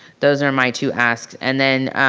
those are my two asks and then